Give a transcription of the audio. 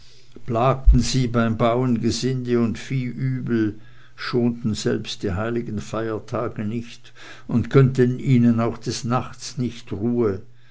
plagten sie beim bauen gesinde und vieh übel schonten selbst die heiligen feiertage nicht und gönnten ihnen auch des nachts nicht ruhe